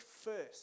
first